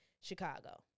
Chicago